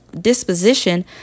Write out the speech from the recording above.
disposition